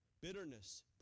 bitterness